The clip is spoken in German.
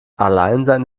alleinsein